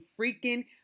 freaking